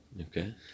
Okay